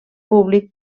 públic